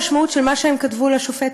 זה המשמעות של מה שהם כתבו לשופטת.